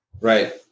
right